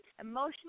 emotional